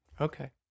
Okay